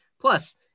Plus